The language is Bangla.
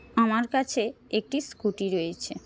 আমার কাছে একটি স্কুটি রয়েছে